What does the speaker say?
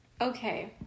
okay